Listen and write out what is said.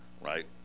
right